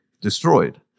destroyed